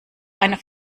einer